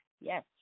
yes